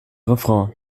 refrain